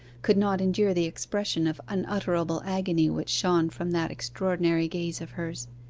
could not endure the expression of unutterable agony which shone from that extraordinary gaze of hers.